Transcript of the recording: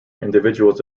individuals